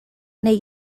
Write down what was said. neu